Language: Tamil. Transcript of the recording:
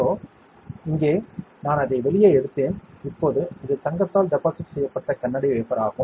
சோ இங்கே நான் அதை வெளியே எடுத்தேன் இப்போது இது தங்கத்தால் டெபாசிட் செய்யப்பட்ட கண்ணாடி வேஃபர் ஆகும்